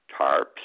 tarps